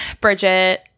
Bridget